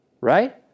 Right